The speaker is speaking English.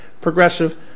progressive